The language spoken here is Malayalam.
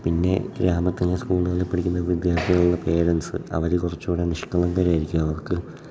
പിന്നെ ഗ്രാമത്തിലെ സ്കൂളുകളിൽ പഠിക്കുന്ന വിദ്യാർത്ഥികളുടെ പേരെൻസ് അവർ കുറച്ചൂടെ നിഷ്കളങ്കർ ആയിരിക്കും അവർക്ക്